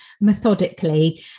methodically